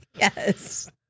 Yes